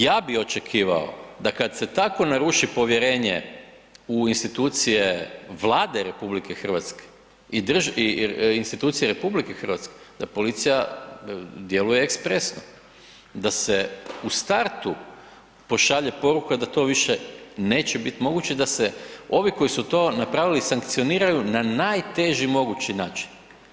Ja bi očekivao da kad se tako naruši povjerenje u institucije Vlade RH i institucije RH, da policija djeluje ekspresno, da se u startu pošalje poruka da to više neće biti moguće i da se ovi koji su to napravili, sankcioniraju na najteži mogući način.